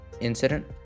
incident